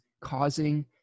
causing